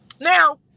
Now